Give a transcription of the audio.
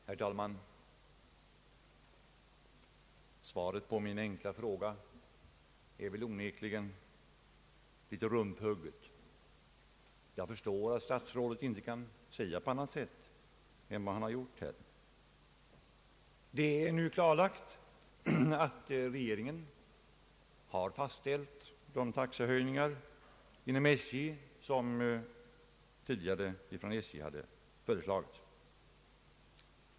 Herr talman! Svaret på min enkla fråga är onekligen litet rumphugget, men jag förstår att statsrådet inte kan svara på annat sätt än han nu gjort. Det är nu klarlagt att regeringen har fastställt de taxehöjningar som SJ tidigare hade föreslagit.